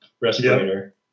respirator